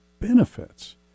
benefits